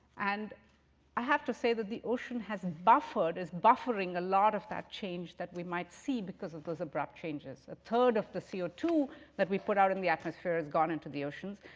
and i have to say that the ocean has buffered, is buffering, a lot of that change that we might see because of those abrupt changes. a third of the c o two that we put out in the atmosphere has gone into the oceans.